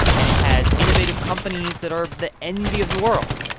and it has innovative companies that are the envy of the world.